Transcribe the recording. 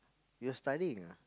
you're studying ah